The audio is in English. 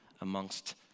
amongst